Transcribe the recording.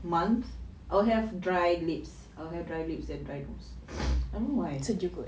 month I'll have dry lips dry lips and dry nose I don't know why